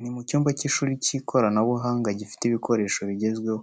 Ni mu cyumba cy’ishuri cy’ikoranabuhanga gifite ibikoresho bigezweho.